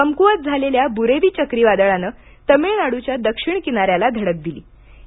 कमकुवत झालेल्या बुरेवी चक्रीवादळानं तमिळनाडूच्या दक्षिण किनाऱ्याला धडक दिली आहे